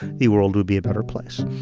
the world would be a better place.